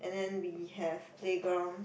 and then we have playgrounds